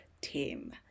team